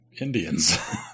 Indians